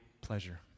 pleasure